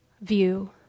view